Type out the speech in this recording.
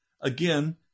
again